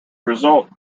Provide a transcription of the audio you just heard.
result